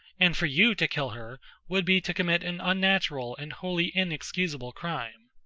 and for you to kill her would be to commit an unnatural and wholly inexcusable crime.